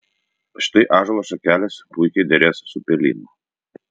štai ąžuolo šakelės puikiai derės su pelyno